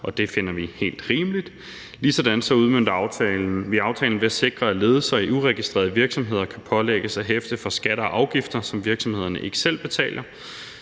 Det finder vi helt rimeligt. Ligeledes vil aftalen sikre, at ledelser i uregistrerede virksomheder kan pålægges at hæfte for skatter og afgifter, som virksomhederne ikke selv betaler.